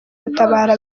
gutabara